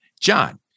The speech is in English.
John